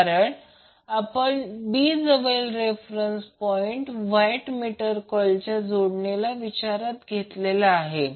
कारण आपण b हा रेफरन्स पॉईंट वॅट मीटर कॉर्ईलच्या जोडणीसाठी विचारात घेतलेला होता